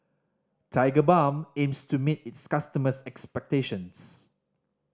Tigerbalm aims to meet its customers' expectations